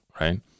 right